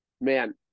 Man